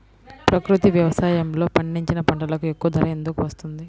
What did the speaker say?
ప్రకృతి వ్యవసాయములో పండించిన పంటలకు ఎక్కువ ధర ఎందుకు వస్తుంది?